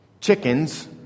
chickens